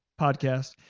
podcast